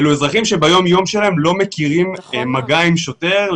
אלו אזרחים שביום-יום שלהם לא מכירים מגע עם שוטר,